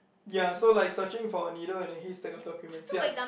ya so like searching for a needle in a haystack of documents ya